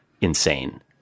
insane